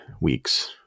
weeks